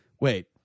Wait